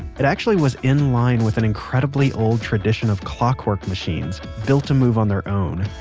it actually was in line with an incredibly old tradition of clockwork machines built to move on their own,